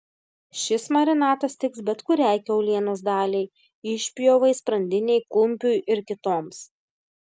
šis marinatas tiks bet kuriai kiaulienos daliai išpjovai sprandinei kumpiui ir kitoms